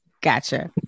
Gotcha